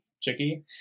Chicky